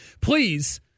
please